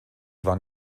waren